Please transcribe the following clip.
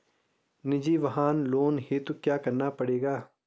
निजी वाहन लोन हेतु क्या करना पड़ेगा?